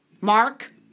Mark